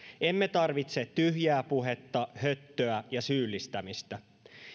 emme tarvitse tyhjää puhetta höttöä ja syyllistämistä